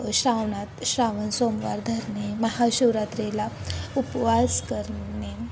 श्रावणात श्रावण सोमवार धरणे महाशिवरात्रीला उपवास करणे